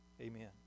amen